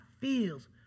feels